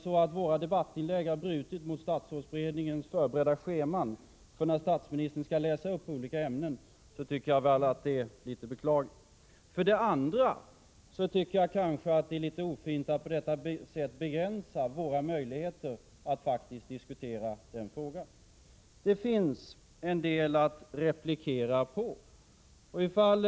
Om våra debattinlägg har brutit mot statsrådsberedningens förberedda scheman för när statsministern skall läsa upp skrivna anföranden i olika ämnen, då tycker jag att det är beklagligt. För det andra tycker jag nog att det är litet ofint att på detta sätt begränsa våra möjligheter att faktiskt diskutera den frågan. Det finns en del att replikera på i den förda debatten.